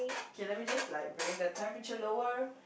okay let me just like bring the temperature lower